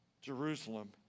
Jerusalem